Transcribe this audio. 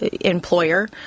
employer